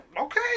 Okay